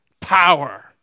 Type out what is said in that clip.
power